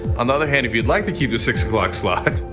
on the other hand if you'd like to keep the six o'clock slot.